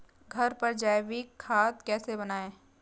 घर पर जैविक खाद कैसे बनाएँ?